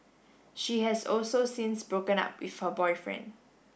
she has also since broken up with her boyfriend